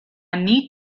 need